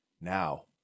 Now